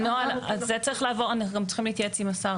הנוהל --- אנחנו גם צריכים להתייעץ עם השר,